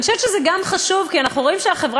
ואני חושבת שזה גם חשוב כי אנחנו רואים שהחברה